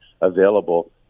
available